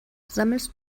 sammelst